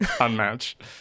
Unmatched